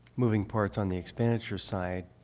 moving parts on the expenditure side,